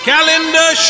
Calendar